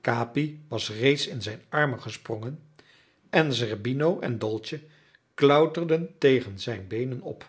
capi was reeds in zijn armen gesprongen en zerbino en dolce klauterden tegen zijn beenen op